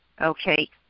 Okay